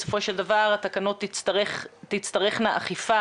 בסופו של דבר התקנות תצטרכנה אכיפה